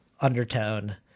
undertone